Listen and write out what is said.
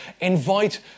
invite